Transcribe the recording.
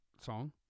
song